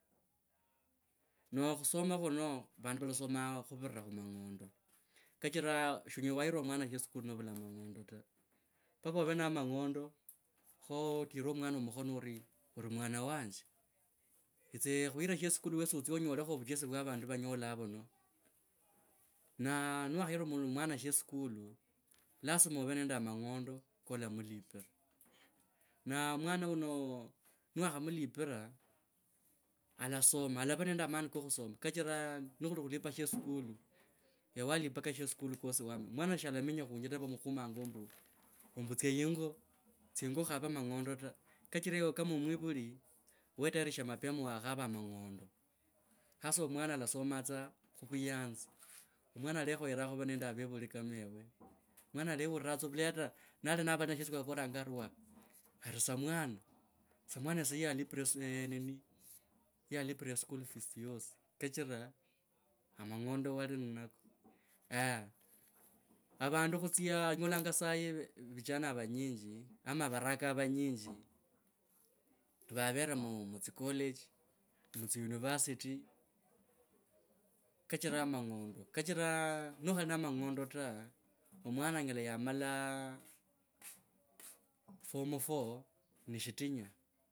No okhusoma khuno vandu volasomanga khuvira khu mang'ondo kachira shonyola waira mwana sheskulu novula mangondo ta, mpaka ove na mangondo khatire mwana mukhono ori mwana wanje yitsa ekhuire shekulu wes. Otsie onyolekha vuchesi vwa vandu vanyola vuno. Na niwakhira mwana wheskulu lasima avee na mangondo kolamlipira. Na mwana uno niwakhamlipira alasoma. Alava nende a mani kokhusoma kachira nikhuli khulipa sheskulu, ewe walipa ka sheskulu kosi wamala. Mwana shalamenya khunjira nivamukhumanga ombo tsya yingo, tsya yingo okhave mangondo ta kachira ewe kama mwivuli, wetayarisha mapema wakhava mangondo, hasa omwana alasoma tsa muvuyanzi. Mwana aleura tsa vulayi, hata nava hali na vashe sheskulu alavalanga ari samwana esye wayalipira e nini, wayalipira e school fees yosi kachira amangondo wali nako, eeh, avandu khutsia onyolanga sahii vijana vanyinji ama varaka vanyinji vavere mu, mutsicollege, mutsi university kachira mangondo kachira nakhali na mangondo ta, amwana anyela yamala form four ni shitinga.